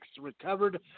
recovered